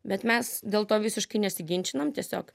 bet mes dėl to visiškai nesiginčinam tiesiog